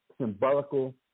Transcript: symbolical